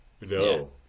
No